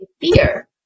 fear